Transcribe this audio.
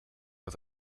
was